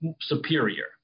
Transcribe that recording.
superior